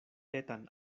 etan